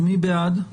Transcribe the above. מי בעד?